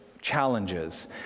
challenges